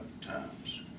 times